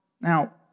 Now